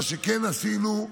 מה שכן עשינו,